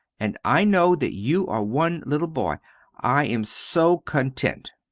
and i know that you are one little boy i am so content!